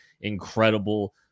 incredible